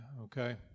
okay